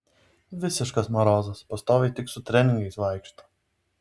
visiškas marozas pastoviai tik su treningais vaikšto